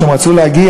שהם רצו להגיע